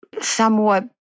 somewhat